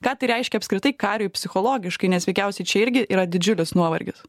ką tai reiškia apskritai kariui psichologiškai nes veikiausiai čia irgi yra didžiulis nuovargis